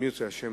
אם ירצה השם,